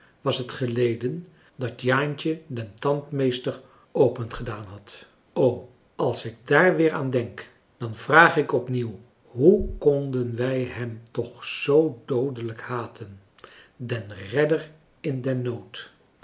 was het geleden dat jaantje den tandmeester opengedaan had o als ik daar weer aan denk dan vraag ik opnieuw hoe konden wij hem toch zoo doodelijk haten den redder in den nood